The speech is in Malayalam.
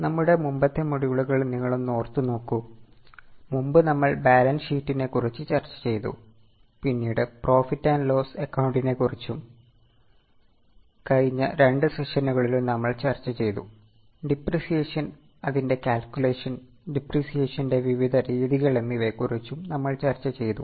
നമ്മുടെ മുമ്പത്തെ മൊഡ്യൂളുകൾ നിങ്ങളൊന്ന് ഓർത്ത് നോക്കൂ മുമ്പ് നമ്മൾ ബാലൻസ് ഷീറ്റിനെക്കുറിച്ച് ചർച്ചചെയ്തു പിന്നീട് പ്രോഫിറ്റ് ആൻഡ് ലോസ് അക്കൌണ്ടിനെക്കുറിച്ചും കഴിഞ്ഞ രണ്ട് സെഷനുകളിലും നമ്മൾ ചർച്ച ചെയ്തു ടിപ്രിസിയേഷൻ അതിന്റെ കാൽക്കുലേഷൻ ടിപ്രിസിയേഷന്റ വിവിധ രീതികൾ എന്നിവയെക്കുറിച്ചും നമ്മൾ ചർച്ച ചെയ്തു